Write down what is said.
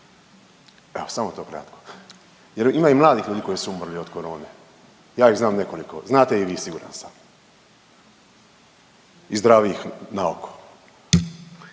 Evo samo to kratko. Jer ima i mladih ljudi koji su umrli od corone. Ja ih znam nekoliko. Znate i vi siguran sam i zdravih naoko.